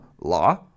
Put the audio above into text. law